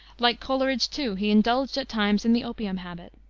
like coleridge, too, he indulged at times in the opium habit.